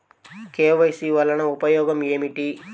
KYC వలన ఉపయోగం ఏమిటీ?